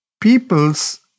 people's